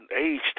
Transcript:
age